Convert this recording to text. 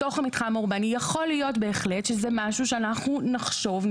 יכול להיות שזה משהו שנחשוב,